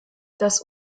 das